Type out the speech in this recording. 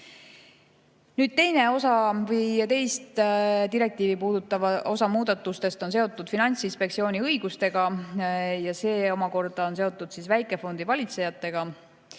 Teine osa, teist direktiivi puudutav muudatuste osa on seotud Finantsinspektsiooni õigustega ja see omakorda on seotud väikefondi valitsejatega.